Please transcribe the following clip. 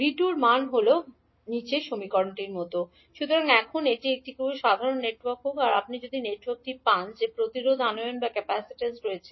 v2 এর মান হল সুতরাং এখন এটি একটি সাধারণ নেটওয়ার্ক হোক বা আপনি যদি নেটওয়ার্কটি পান যে প্রতিরোধ আনয়ন এবং ক্যাপাসিটেন্স রয়েছে